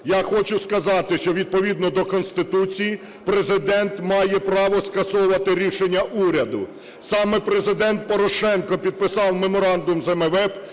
я хочу сказати, що, відповідно до Конституції, Президент має право скасовувати рішення уряду. Саме Президент Порошенко підписав меморандум з МВФ,